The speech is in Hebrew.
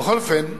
בכל אופן,